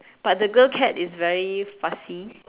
but the girl cat is very fussy